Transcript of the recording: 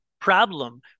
problem